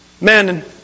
men